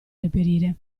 reperire